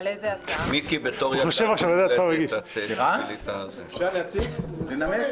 אדוני היושב-ראש, אפשר לנמק?